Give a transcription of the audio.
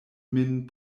min